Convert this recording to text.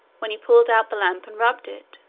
when he pulled out the lamp and rubbed it.